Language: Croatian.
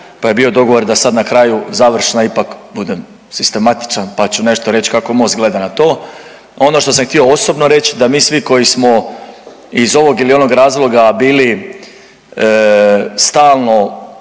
pa je bio dogovor da sad na kraju završno ipak budem sistematičan pa ću nešto reći kako Most gleda na to. Ono što sam htio osobno reći da mi svi koji smo iz ovog ili onog razloga bili stalno